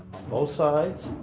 both sides,